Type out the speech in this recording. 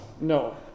No